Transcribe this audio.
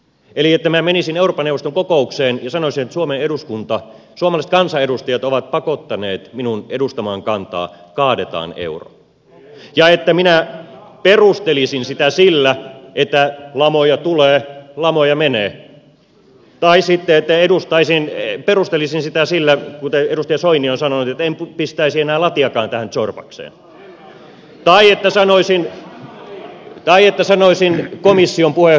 eli minä menisin eurooppa neuvoston kokoukseen ja sanoisin että suomalaiset kansanedustajat ovat pakottaneet minut edustamaan kantaa kaadetaan euro ja minä perustelisin sitä sillä että lamoja tulee lamoja menee tai sitten perustelisin sitä sillä kuten edustaja soini on sanonut että en pistäisi enää latiakaan tähän zorbakseen tai sanoisin komission puheenjohtaja barrosolle